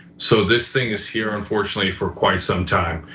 so this thing is here, unfortunately, for quite some time,